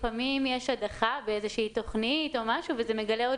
לפעמים יש הדחה באיזו שהיא תכנית או משהו וזה מגלה עוד